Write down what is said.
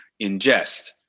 ingest